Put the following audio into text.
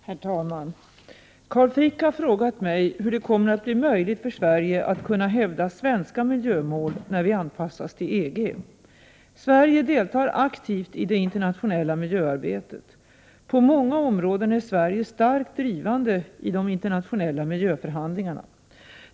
Herr talman! Carl Frick har frågat mig hur det kommer att bli möjligt för Sverige att hävda svenska miljömål när vi anpassas till EG. Sverige deltar aktivt i det internationella miljöarbetet. På många områden är Sverige starkt drivande i de internationella miljöförhandlingarna.